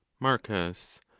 marcus.